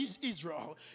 Israel